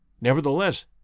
Nevertheless